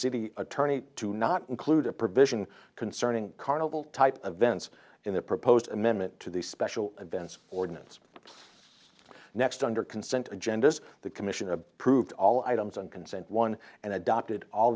city attorney to not include a provision concerning carnival type of events in the proposed amendment to the special events ordinance next under consent agendas the commission approved all items on consent one and adopted all